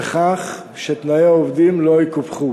לוקחת אחריות לכך שתנאי העובדים לא יקופחו.